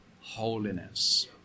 holiness